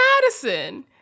Madison